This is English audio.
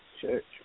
Church